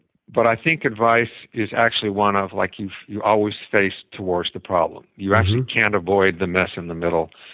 but i think advice is actually one of like you you always face towards the problem. you actually can't avoid the mess in the middle,